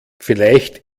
vielleicht